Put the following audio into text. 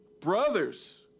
brothers